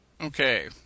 Okay